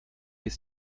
ist